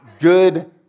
good